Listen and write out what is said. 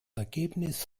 ergebnis